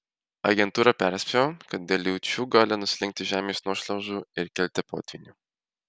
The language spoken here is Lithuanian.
agentūra perspėjo kad dėl liūčių gali nuslinkti žemės nuošliaužų ir kilti potvynių